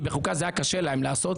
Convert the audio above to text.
כי בחוקה היה להם קשה לעשות,